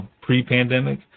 pre-pandemic